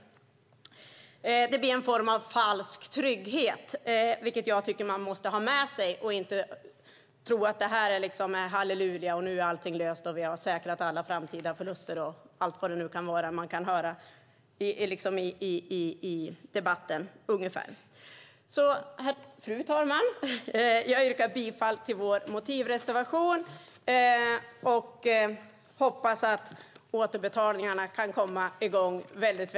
Det blir ett slags falsk trygghet, vilket jag tycker att man måste ha med i beräkningen. Man ska inte tro att nu är allt löst, halleluja, vi har säkrat alla framtida förluster, och allt vad man nu kan höra i debatten. Fru talman! Jag yrkar bifall till vår motivreservation och hoppas att återbetalningarna kan komma i gång snabbt.